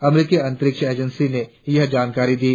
अमरिकी अंतरिक्ष एजेंसी ने यह जानकारी दी